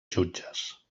jutges